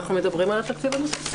אנחנו מדברים על התקציב הנוסף.